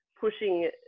pushing